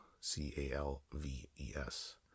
C-A-L-V-E-S